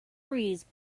breeze